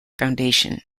foundation